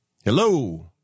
Hello